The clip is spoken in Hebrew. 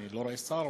אני לא רואה שר,